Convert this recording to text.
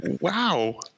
wow